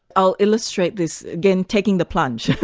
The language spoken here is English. i'll illustrate this, again taking the plunge.